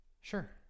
Sure